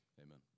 amen